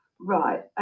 Right